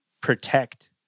protect